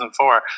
2004